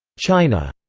china.